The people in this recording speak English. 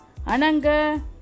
Ananga